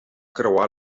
creuar